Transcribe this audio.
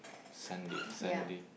Sunday Sunday